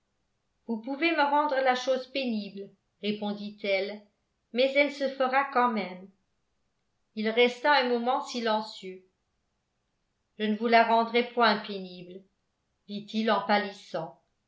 vous pouvez me rendre la chose pénible répondit-elle mais elle se fera quand même il resta un moment silencieux je ne vous la rendrai point pénible dit-il en